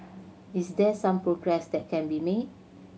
is there some progress that can be made